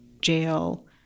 jail